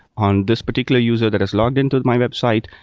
on this particular user that is logged in to my website,